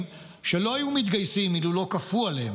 שלא היו מתגייסים אילו לא כפו עליהם.